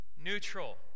neutral